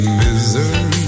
misery